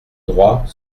droit